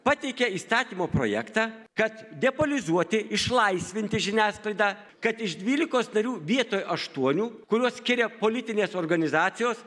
pateikė įstatymo projektą kad depolizuoti išlaisvinti žiniasklaidą kad iš dvylikos narių vietoj aštuonių kuriuos skiria politinės organizacijos